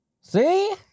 See